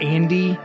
Andy